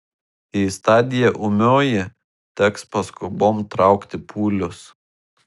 jei stadija ūmioji teks paskubom traukti pūlius